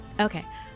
Okay